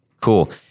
Cool